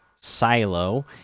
silo